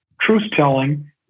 truth-telling